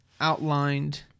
outlined